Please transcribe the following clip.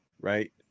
right